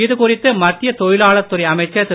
இது குறித்து மத்திய தொழிலாளர் துறை அமைச்சர் திரு